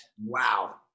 Wow